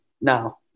now